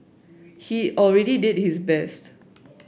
he already did his best